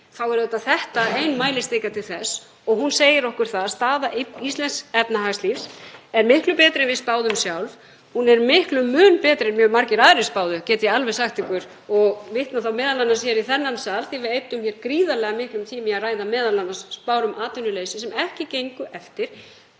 þá er þetta ein mælistika til þess. Hún segir okkur að staða íslensks efnahagslífs er miklu betri en við spáðum sjálf. Hún er miklum mun betri en mjög margir aðrir spáðu, get ég alveg sagt ykkur, og vitna þá m.a. í þennan sal því að við eyddum hér gríðarlega miklum tíma í að ræða spár um atvinnuleysi sem ekki gengu eftir,